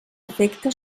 efecte